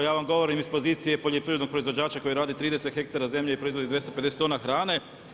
Ja vam govorim iz pozicije poljoprivrednog proizvođača koji rade 30 hektara zemlje i proizvodi 250 tona hrane.